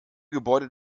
gebäude